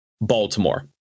Baltimore